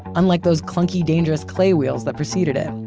unlike those clunky, dangerous clay wheels that proceeded it.